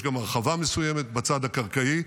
יש גם הרחבה מסוימת בצד הקרקעי,